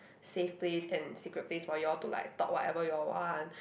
safe place and secret place for you all to like talk whatever you all want